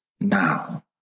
now